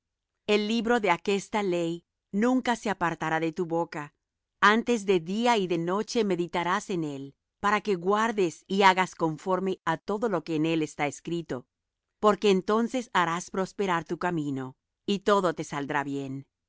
el libro de aquesta ley nunca se apartará de tu boca antes de día y de noche meditarás en él para que guardes y hagas conforme á todo lo que en él está escrito porque entonces harás prosperar tu camino y todo te saldrá bien